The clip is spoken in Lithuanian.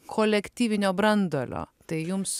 kolektyvinio branduolio tai jums